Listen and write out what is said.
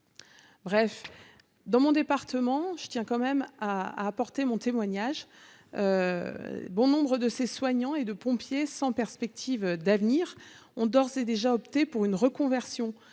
Bref, dans mon département, je tiens quand même à apporter mon témoignage, bon nombre de ces soignants et de pompiers sans perspective d'avenir ont d'ores et déjà opté pour une reconversion